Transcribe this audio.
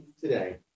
today